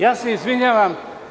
Ja se izvinjavam.